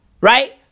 Right